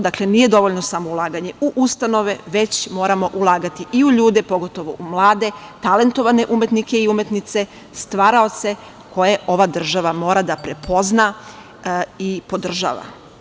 Dakle, nije dovoljno samo ulaganje u ustanove već moramo ulagati i u ljude pogotovo u mlade, talentovane umetnike i umetnice, stvaraoce koje ova država mora da prepozna i podržava.